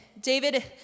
David